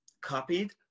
copied